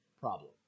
problem